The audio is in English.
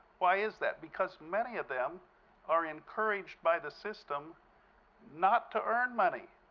why is that? because many of them are encouraged by the system not to earn money,